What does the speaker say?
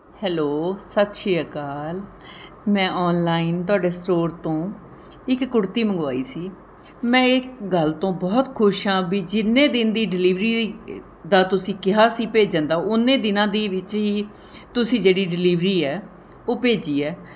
hello ਸਤਿ ਸ਼੍ਰੀ ਅਕਾਲ ਮੈਂ ਔਨਲਾਈਨ ਤੁਹਾਡੇ ਸਟੋਰ ਤੋਂ ਇੱਕ ਕੁੜਤੀ ਮੰਗਵਾਈ ਸੀ ਮੈਂ ਇਹ ਗੱਲ ਤੋਂ ਬਹੁਤ ਖੁਸ਼ ਹਾਂ ਵੀ ਜਿੰਨੇ ਦਿਨ ਦੀ ਡਿਲੀਵਰੀ ਦਾ ਤੁਸੀਂ ਕਿਹਾ ਸੀ ਭੇਜਣ ਦਾ ਉੱਨੇ ਦਿਨਾਂ ਦੇ ਵਿੱਚ ਹੀ ਤੁਸੀਂ ਜਿਹੜੀ ਡਿਲੀਵਰੀ ਹੈ ਉਹ ਭੇਜੀ ਹੈ